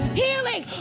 healing